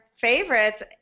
favorites